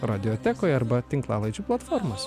radiotekoj arba tinklalaidžių platformos